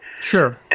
Sure